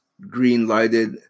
green-lighted